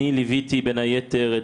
אני ליוויתי בין היתר,